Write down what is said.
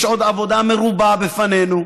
יש עוד עבודה מרובה בפנינו.